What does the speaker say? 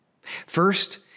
First